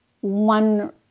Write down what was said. one